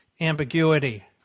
ambiguity